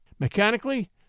Mechanically